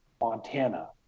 Montana